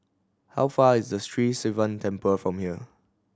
how far is Sri Sivan Temple from here